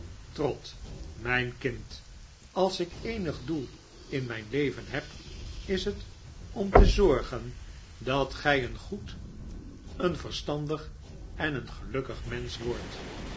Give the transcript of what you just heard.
trot mijn kind als ik eenig doel in mijn leven heb is het om te zorgen dat gij een goed een verstandig en een gelukkig mensch wordt